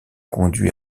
conduit